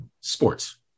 sports